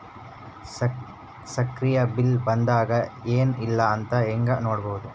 ಸಕ್ರಿ ಬಿಲ್ ಬಂದಾದ ಏನ್ ಇಲ್ಲ ಅಂತ ಹೆಂಗ್ ನೋಡುದು?